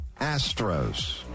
Astros